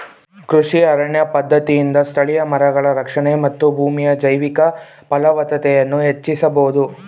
ಕೃಷಿ ಅರಣ್ಯ ಪದ್ಧತಿಯಿಂದ ಸ್ಥಳೀಯ ಮರಗಳ ರಕ್ಷಣೆ ಮತ್ತು ಭೂಮಿಯ ಜೈವಿಕ ಫಲವತ್ತತೆಯನ್ನು ಹೆಚ್ಚಿಸಬೋದು